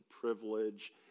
privilege